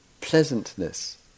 pleasantness